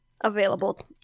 available